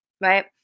right